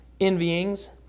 envyings